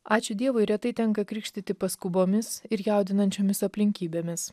ačiū dievui retai tenka krikštyti paskubomis ir jaudinančiomis aplinkybėmis